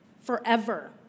forever